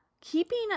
Keeping